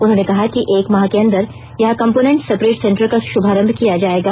उन्होंने कहा कि एक माह के अंदर यहां कम्पोनेंट सेपरेट सेंटर का शुभारम्म किया जाएगा